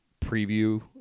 preview